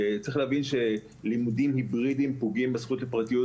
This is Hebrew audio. צריך להבין שלימודים היברידיים פוגעים בזכות לפרטיות